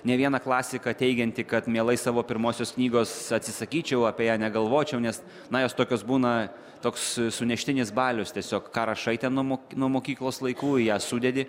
ne vieną klasiką teigiantį kad mielai savo pirmosios knygos atsisakyčiau apie ją negalvočiau nes na jos tokios būna toks suneštinis balius tiesiog ką rašai ten nuo mok nuo mokyklos laikų į ją sudedi